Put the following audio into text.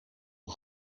een